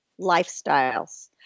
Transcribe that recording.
lifestyles